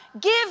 give